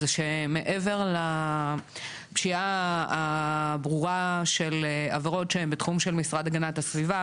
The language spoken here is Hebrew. זה שמעבר לפשיעה הברורה של עבירות שהם בתחום של המשרד להגנת הסביבה,